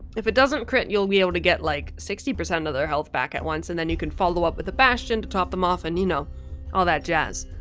if it doesn't crit, you'll be able to get like sixty percent of their health back at once, and then you can follow up with a bastion to top them off, and you know all that jazz.